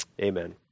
amen